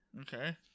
okay